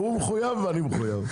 הוא מחויב ואני מחויב.